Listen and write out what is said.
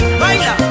baila